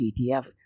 ETF